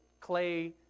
clay